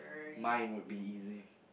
mine would be easy